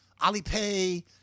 Alipay